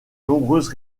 nombreuses